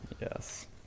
Yes